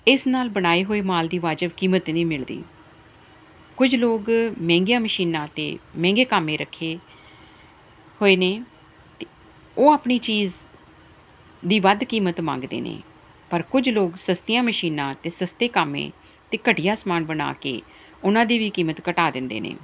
ਇਸ ਨਾਲ ਬਣਾਏ ਹੋਏ ਮਾਲ ਦੀ ਵਾਜਿਬ ਕੀਮਤ ਨਹੀਂ ਮਿਲਦੀ ਕੁਝ ਲੋਕ ਮਹਿੰਗੀਆਂ ਮਸ਼ੀਨਾਂ ਅਤੇ ਮਹਿੰਗੇ ਕਾਮੇ ਰੱਖੇ ਹੋਏ ਨੇ ਅਤੇ ਉਹ ਆਪਣੀ ਚੀਜ਼ ਦੀ ਵੱਧ ਕੀਮਤ ਮੰਗਦੇ ਨੇ ਪਰ ਕੁਝ ਲੋਕ ਸਸਤੀਆਂ ਮਸ਼ੀਨਾਂ 'ਤੇ ਸਸਤੇ ਕਾਮੇ ਅਤੇ ਘਟੀਆ ਸਮਾਨ ਬਣਾ ਕੇ ਉਹਨਾਂ ਦੀ ਵੀ ਕੀਮਤ ਘਟਾ ਦਿੰਦੇ ਨੇ